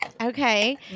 Okay